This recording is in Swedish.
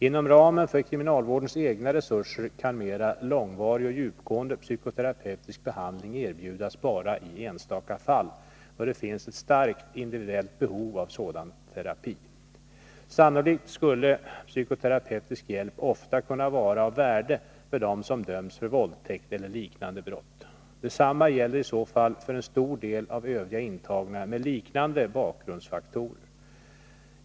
Inom ramen för kriminalvårdens egna resurser kan mera långvarig och djupgående psykoterapeutisk behandling erbjudas bara i enstaka fall, då det finns ett starkt individuellt behov av sådan terapi. Sannolikt skulle psykoterapeutisk hjälp ofta kunna vara av värde för dem som döms för våldtäkt eller liknande brott. Detsamma gäller i så fall för en stor del av övriga intagna med liknande bakgrundsfaktorer.